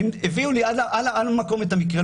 הביאו לי על המקום את המקרה,